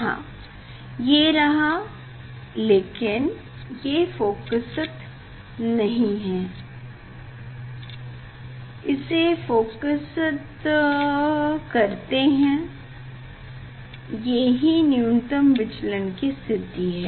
हाँ ये रहा लेकिन ये फ़ोकसित नहीं है इसे फ़ोकसित करते हैं ये ही न्यूनतम विचलन कि स्थिति है